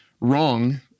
wrong